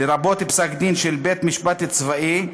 לרבות פסק-דין של בית-משפט צבאי,